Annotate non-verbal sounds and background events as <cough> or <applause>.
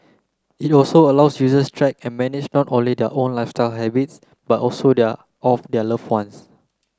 it also allows users track and manage not only their own lifestyle habits but also <unintelligible> of their love ones